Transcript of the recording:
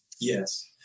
Yes